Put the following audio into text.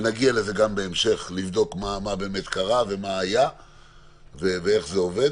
ונגיע לזה גם בהמשך ונבדוק מה באמת קרה ומה היה ואיך זה עובד,